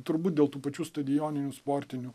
turbūt dėl tų pačių stadijoninių sportinių